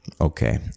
Okay